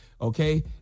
Okay